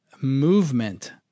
movement